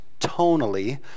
tonally